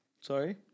Sorry